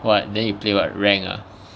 what then you play what rank ah